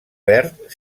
verd